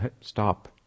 Stop